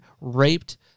raped